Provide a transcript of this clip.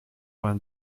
vingt